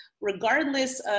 regardless